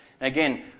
Again